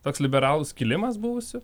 toks liberalų skilimas buvusių